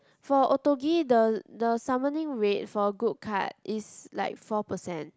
for Otogi the the summoning rate for a good card is like four percent